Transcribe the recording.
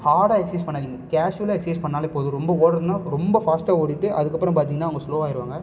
ஹார்டாக எக்சைஸ் பண்ணாதிங்க கேஸுவலாக எக்சைஸ் பண்ணாலே போதும் ரொம்ப ஓடணுன்னா ரொம்ப ஃபாஸ்ட்டாக ஓடிவிட்டு அதற்கப்பறம் பார்த்திங்கன்னா அவங்க ஸ்லோ ஆயிருவாங்க